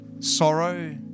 sorrow